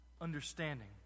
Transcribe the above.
understanding